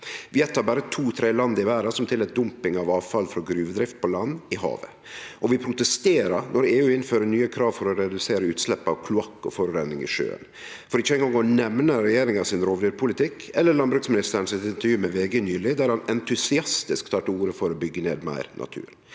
Vi er eitt av berre to–tre land i verda som tillèt dumping av avfall frå gruvedrift på land i havet, og vi protesterer når EU innfører nye krav for å redusere utslepp av kloakk og forureining i sjøen, for ikkje eingong å nemne regjeringa sin rovdyrpolitikk, eller landbruksministeren i intervju med VG nyleg, der han entusiastisk tek til orde for å byggje ned meir natur.